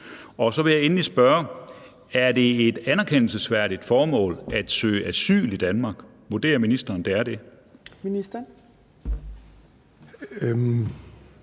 vil jeg spørge: Er det et anerkendelsesværdigt formål at søge asyl i Danmark? Vurderer ministeren, at det er det?